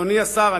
אדוני השר,